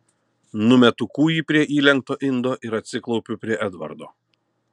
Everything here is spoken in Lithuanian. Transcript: numetu kūjį prie įlenkto indo ir atsiklaupiu prie edvardo